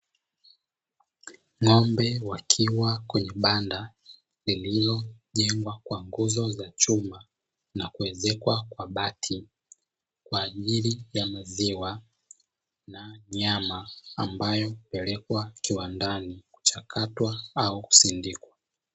Ng'ombe wakiwa kwenye banda lililojengwa kwa nguzo za chuma na kuwezekwa kwa bati, kwa ajili ya maziwa na nyama ambayo hupelekwa kiwandani kuchakatwa au kusindikwa.